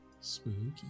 Spooky